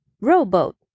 rowboat